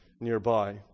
nearby